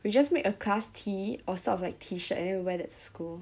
we just make a class tee or sort of like t shirt and then we wear that to school